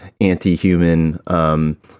anti-human